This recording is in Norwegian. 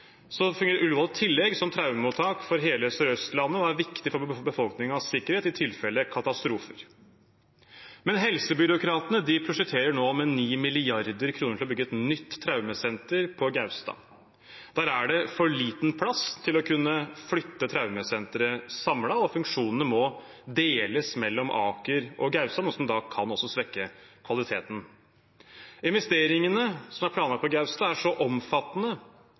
Så fungerer Ullevål i tillegg som traumemottak for hele Sør-Østlandet og er viktig for befolkningens sikkerhet i tilfelle katastrofer. Helsebyråkratene prosjekterer nå med 9 mrd. kr til å bygge et nytt traumesenter på Gaustad. Der er det for liten plass til å kunne flytte traumesenteret samlet, og funksjonene må deles mellom Aker og Gaustad, noe som da kan svekke kvaliteten. Investeringene som er planlagt på Gaustad, er så omfattende